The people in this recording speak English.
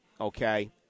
okay